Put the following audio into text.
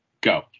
go